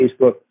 Facebook